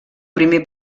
primer